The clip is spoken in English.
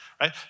right